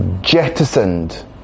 jettisoned